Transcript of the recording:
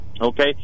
okay